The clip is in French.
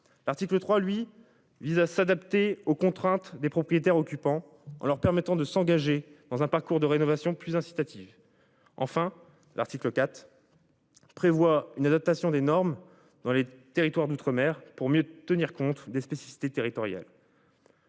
L'article 3 lui vise à s'adapter aux contraintes des propriétaires occupants en leur permettant de s'engager dans un parcours de rénovation plus incitative. Enfin, l'article 4. Prévoit une adaptation des normes dans les territoires d'outre-mer pour mieux tenir compte des spécificités territoriales.